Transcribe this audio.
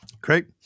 Great